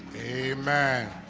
a man